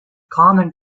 common